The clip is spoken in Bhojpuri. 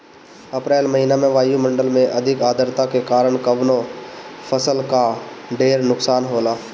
अप्रैल महिना में वायु मंडल में अधिक आद्रता के कारण कवने फसल क ढेर नुकसान होला?